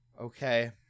Okay